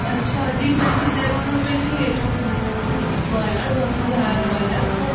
اچھا جی twenty seven اور ٹوونٹی ایٹ و یار بہت مزہ آیا نہیں والا آب تو